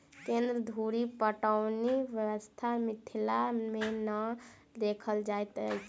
केन्द्र धुरि पटौनी व्यवस्था मिथिला मे नै देखल जाइत अछि